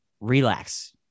relax